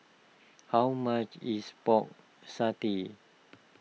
how much is Pork Satay